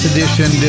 Edition